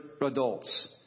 adults